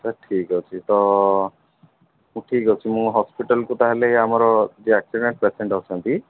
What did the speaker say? ତ ଠିକ୍ ଅଛି ତ ହଉ ଠିକ୍ ଅଛି ମୁଁ ହସ୍ପିଟାଲ୍କୁ ତା'ହେଲେ ଆମର ଯିଏ ଆକ୍ସିଡ଼େଣ୍ଟ୍ ପେସେଣ୍ଟ୍ ଅଛନ୍ତି